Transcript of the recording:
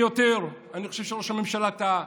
אני חושב שראש הממשלה טעה,